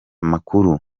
makuru